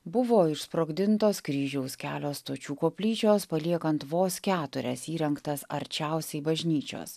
buvo išsprogdintos kryžiaus kelio stočių koplyčios paliekant vos keturias įrengtas arčiausiai bažnyčios